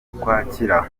ukwakira